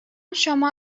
شما